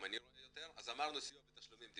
אמרנו סיוע ותשלומים.